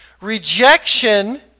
Rejection